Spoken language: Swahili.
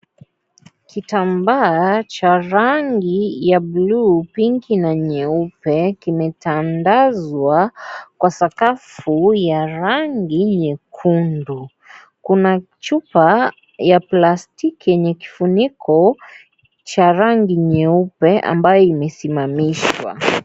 Kitambaa cha rangi ya bluu, pinki na nyeupe kimetandazwa kwa sakafu ya rangi nyekundu. Kuna chupa ya plastiki yenye kifuniko cha rangi nyeupe ambayo imezimamishwa.